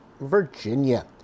Virginia